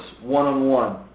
one-on-one